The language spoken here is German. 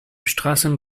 straßen